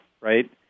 right